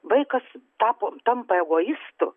vaikas tapo tampa egoistu